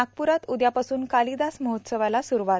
नागप्ररात उद्यापासून कालिदास महोत्सवाला सूरूवात